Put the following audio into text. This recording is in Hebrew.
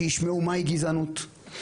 שישמעו מהי גזענות,